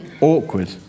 awkward